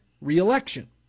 reelection